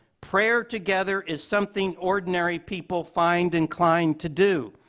prayer together is something ordinary people find inclined to do,